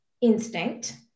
instinct